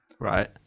right